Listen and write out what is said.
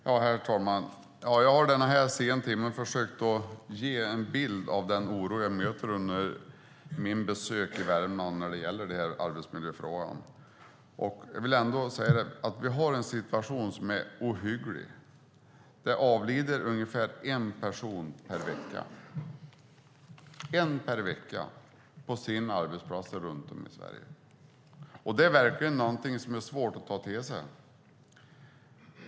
Herr talman! Jag har i denna sena timme försökt ge en bild av den oro jag möter under mina besök i Värmland när det gäller arbetsmiljöfrågan. Vi har en situation som är ohygglig. Det avlider ungefär en person i veckan på arbetsplatser runt om i Sverige. Det är något som är svårt att ta till sig.